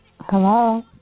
Hello